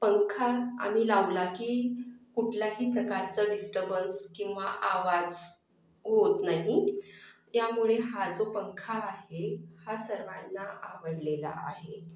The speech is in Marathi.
पंखा आम्ही लावला की कुठल्याही प्रकारचं डिस्टर्बन्स किंवा आवाज होत नाही त्यामुळे हा जो पंखा आहे हा सर्वांना आवडलेला आहे